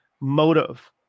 motive